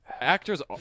Actors